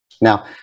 Now